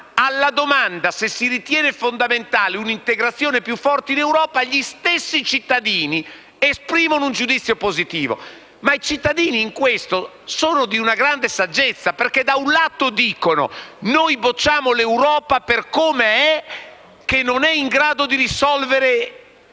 alla domanda se si ritiene fondamentale un'integrazione più forte in Europa, gli stessi cittadini esprimono un giudizio positivo. I cittadini, in questo, si dimostrano molto saggi perché da un lato dicono di bocciare l'Europa per com'è, perché non è in grado di risolvere